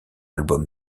album